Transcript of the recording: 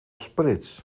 spritz